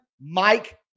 Mike